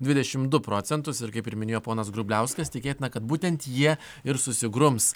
dvidešimt du procentus ir kaip ir minėjo ponas grubliauskas tikėtina kad būtent jie ir susigrums